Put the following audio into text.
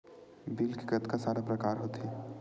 Bill के कतका सारा प्रकार होथे?